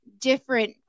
different